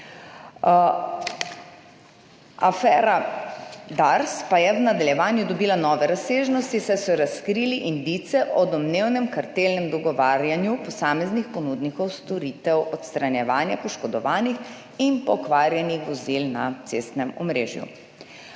Afera Dars pa je v nadaljevanju dobila nove razsežnosti, saj so razkrili indice o domnevnem kartelnem dogovarjanju posameznih ponudnikov storitev odstranjevanje poškodovanih in pokvarjenih vozil na cestnem omrežju.